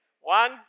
One